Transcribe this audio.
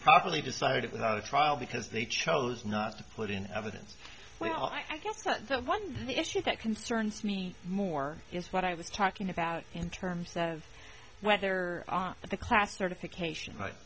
probably decided without a trial because they chose not to put in evidence well i guess that the one issue that concerns me more is what i was talking about in terms of whether the class certification